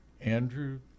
Andrew